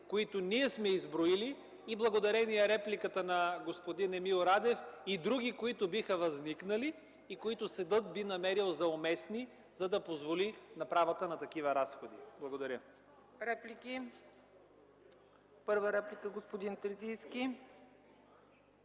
които ние сме изброили и благодарение репликата на господин Емил Радев, и други, които биха възникнали и които съдът би намерил за уместни, за да позволи направата на такива разходи. Благодаря. ПРЕДСЕДАТЕЛ ЦЕЦКА ЦАЧЕВА: Реплики? Първа реплика – господин Терзийски.